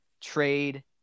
trade